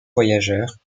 voyageurs